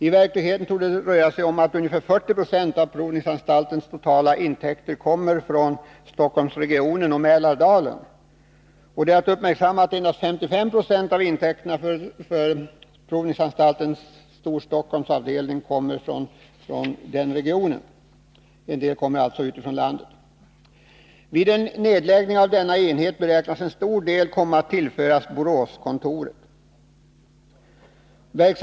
I verkligheten torde det vara så att 40 96 av provningsanstaltens totala intäkter kommer från Stockholmsregionen och Mälardalen. Det är att uppmärksamma att endast 55 26 av intäkterna hos provningsanstaltens Storstockholmsavdelning kommer från den regionen. Vid en nedläggning av denna enhet beräknas en stor del komma att tillföras Boråskontoret.